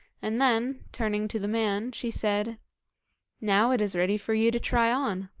and then, turning to the man, she said now it is ready for you to try on